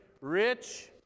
Rich